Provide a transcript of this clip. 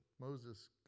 Moses